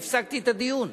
הפסקתי את הדיון.